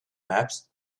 maps